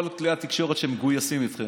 כל כלי התקשורת שמגויסים איתכם,